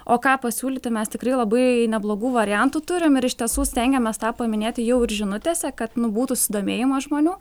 o ką pasiūlyti mes tikrai labai neblogų variantų turim ir iš tiesų stengiamės tą paminėti jau ir žinutėse kad nu būtų susidomėjimas žmonių